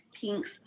Pink's